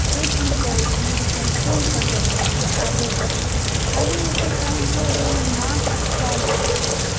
सोचि नहि पबैत छलहुँ जेकि हम कोन सब्जेक्ट राखि कऽ आगू बढ़ू खाली ओकर कारण छलए जे हमर मार्क्स कम आयल छलए